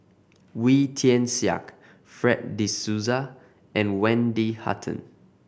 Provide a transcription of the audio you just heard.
Wee Tian Siak Fred De Souza and Wendy Hutton